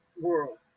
world